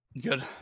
Good